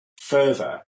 further